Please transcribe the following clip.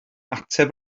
ateb